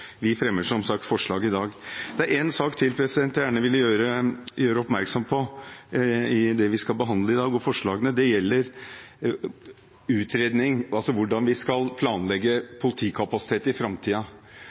vi fremmer som sagt forslag i dag. Det er en sak til jeg gjerne vil gjøre oppmerksom på i det vi behandler i dag, og forslagene til det. Det gjelder hvordan vi skal